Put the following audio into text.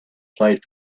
played